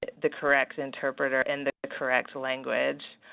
the correct interpreter and the the correct language.